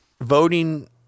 Voting